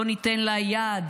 "לא ניתן לה יד",